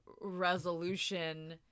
resolution